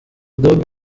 dogg